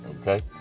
Okay